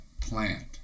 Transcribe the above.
plant